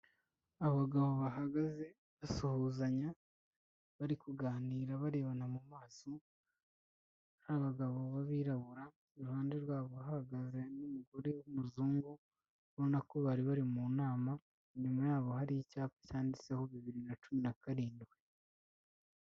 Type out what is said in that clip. Abagabo bahagaze basuhuzanya bari kuganira barebana mu maso, hari abagabo b'abirabura iruhande rwabo hahagaze n'umugore w'umuzungu ubona ko bari bari mu nama, inyuma yabo hari icyapa cyanditseho bibiri na cumi na karindwi.